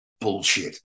Bullshit